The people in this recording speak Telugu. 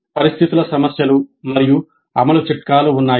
పరిస్థితుల సమస్యలు మరియు అమలు చిట్కాలు ఉన్నాయి